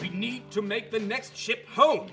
we need to make the next ship ho